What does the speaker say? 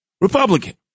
Republican